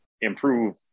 improve